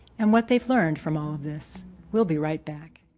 and what they've learned from all of this will be right back.